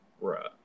Right